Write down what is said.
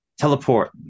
teleport